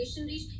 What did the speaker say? reach